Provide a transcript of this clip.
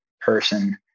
person